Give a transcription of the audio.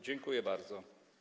Dziękuję bardzo.